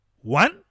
One